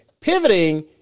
Pivoting